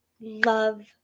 love